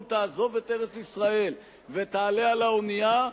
תעזוב את ארץ-ישראל ותעלה על האונייה,